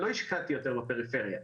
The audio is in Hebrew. לא השקעתי יותר בפריפריה.